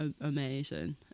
amazing